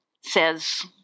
says